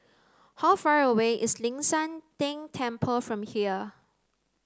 how far away is Ling San Teng Temple from here